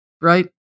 right